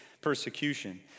persecution